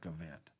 event